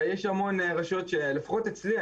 ויש המון רשויות לפחות אצלי,